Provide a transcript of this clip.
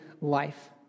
life